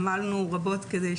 עמלנו רבות כדי שזה יקרה.